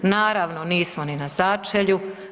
Naravno nismo ni na začelju.